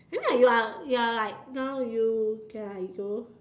then like you are you are like now you ya you